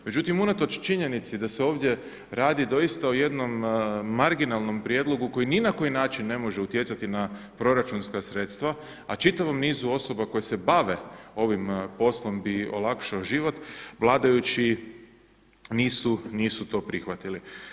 Međutim, unatoč činjenici da se ovdje radi doista o jednom marginalnom prijedlogu koji ni na koji način ne može utjecati na proračunska sredstva a čitavom nizu osoba koje se bave ovim poslom bi olakšao život, vladajući nisu to prihvatili.